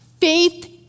Faith